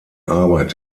arbeit